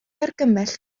argymell